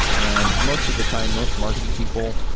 and most of the time, most marketing people,